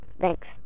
Thanks